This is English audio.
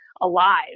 alive